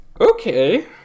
Okay